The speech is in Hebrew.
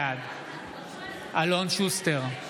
בעד אלון שוסטר,